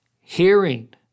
hearing